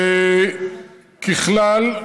ככלל,